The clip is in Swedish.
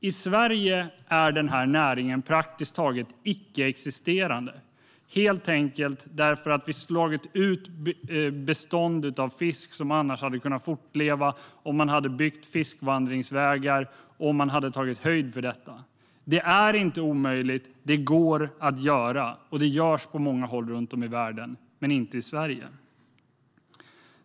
I Sverige är den här näringen praktiskt taget icke-existerande, helt enkelt för att vi har slagit ut beståndet av fisk som hade kunnat fortleva om man hade byggt fiskvandringsvägar och tagit höjd för detta. Det är inte omöjligt, utan det går att göra, och det görs på många håll runt om i världen men inte i Sverige.